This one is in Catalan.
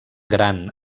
gran